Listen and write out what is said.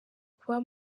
kuba